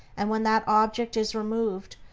and when that object is removed,